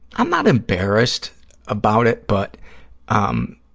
i'm not embarrassed about it, but um